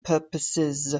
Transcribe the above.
purposes